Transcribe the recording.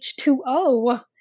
h2o